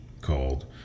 called